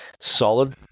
Solid